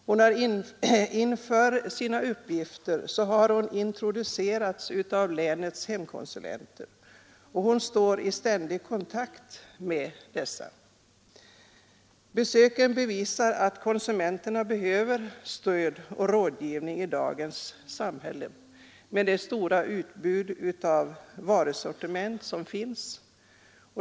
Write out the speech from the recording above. Hon har inför sin uppgift introducerats av länets hemkonsulenter och står i ständig kontakt med dessa. Besöksfrekvensen bevisar att konsumenterna behöver stöd och rådgivning i dagens samhälle med det stora utbud av varor som finns.